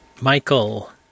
Michael